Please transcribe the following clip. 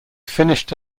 finished